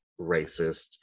racist